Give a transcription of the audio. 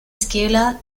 scalar